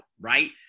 right